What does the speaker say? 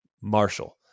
Marshall